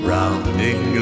Rounding